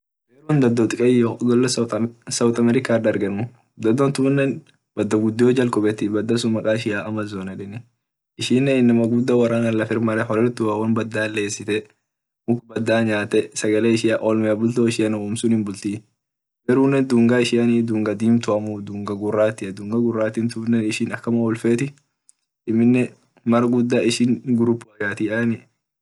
Greece dado diqeyo gar southamerica dargenu dado tunne badagudio jal qubetii ishine maqa ishiane amazon ishinne inama guda lafir marte worana won bada lesite muk bada nyate sagale ishia olme bulto ishia sunni peru ishi dunga ishia dunga gurati dungatunne amine malguda ishini groupi itatii.